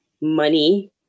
money